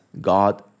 God